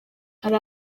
hari